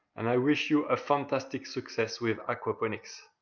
and i wish you a fantastic success with aquaponics.